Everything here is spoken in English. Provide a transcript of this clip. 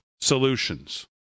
solutions